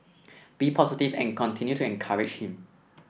be positive and continue to encourage him